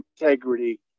integrity